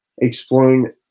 exploring